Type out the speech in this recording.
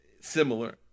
similar